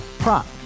Prop